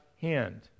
hand